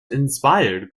inspired